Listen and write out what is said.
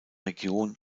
region